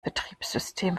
betriebssystem